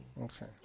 Okay